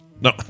No